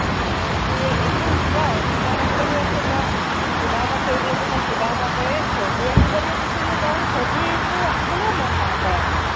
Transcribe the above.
অঁ সি এইকেইদিন কিবা অন্যমনস্ক হৈ আছে তাৰ কিবা এটা কৰিবলৈ দিলে কিবা এটা কৰে ছবি আঁকিবলৈ দিছিলোঁ তাৰমানে ছবিটো আকিবলৈও মন নাই কৰা সি